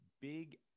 big